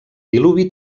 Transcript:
diluvi